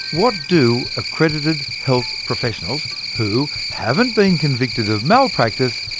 what do accredited health professionals, who haven't been convicted of malpractice,